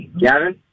gavin